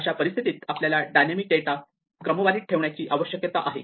अशा परिस्थितीत आपल्याला डायनॅमिक डेटा क्रमवारीत ठेवण्याची आवश्यकता आहे